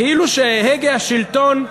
כאילו הגה השלטון,